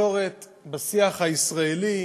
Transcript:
ששר יגיע.